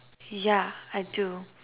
yeah I do